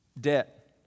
debt